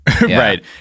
Right